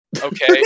okay